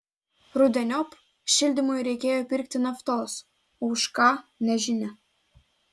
rudeniop šildymui reikėjo pirkti naftos o už ką nežinia